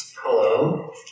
Hello